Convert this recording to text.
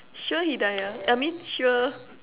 sure hidaya I mean sure